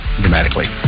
dramatically